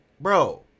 bro